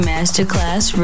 Masterclass